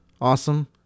Awesome